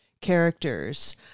characters